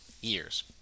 years